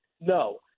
No